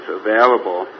available